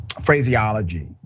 phraseology